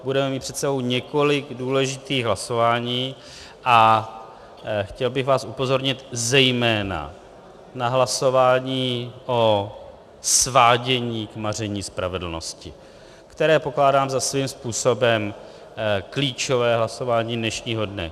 Budeme mít před sebou několik důležitých hlasování a chtěl bych vás upozornit zejména na hlasování o svádění k maření spravedlnosti, které pokládám za svým způsobem klíčové hlasování dnešního dne.